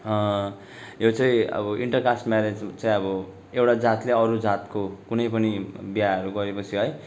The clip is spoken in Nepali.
यो चाहिँ अब इन्टर कास्ट म्यारेज चाहिँ अब एउटा जातले अरू जातको कुनै पनि बिहाहरू गरे पछि है